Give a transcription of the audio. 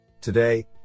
Today